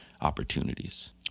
opportunities